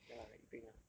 ya lah like bing ah